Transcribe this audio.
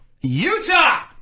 Utah